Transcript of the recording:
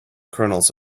kernels